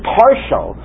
partial